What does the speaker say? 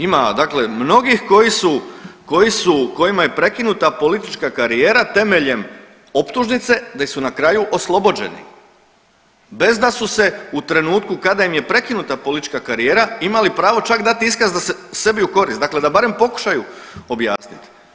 Ima dakle mnogih koji su, koji su, kojima je prekinuta politička karijera temeljem optužnice di su na kraju oslobođeni bez da su se u trenutku kada im je prekinuta politička karijera imali pravo čak dati iskaz sebi u korist dakle da barem pokušaju objasnit.